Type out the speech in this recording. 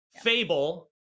Fable